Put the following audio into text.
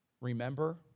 Remember